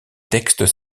textes